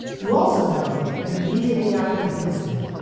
you also know that immediately after the incident,